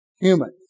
human